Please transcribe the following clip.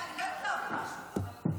מטי.